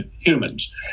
humans